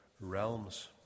realms